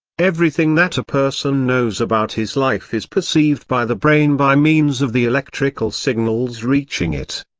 everything that a person knows about his life is perceived by the brain by means of the electrical signals reaching it.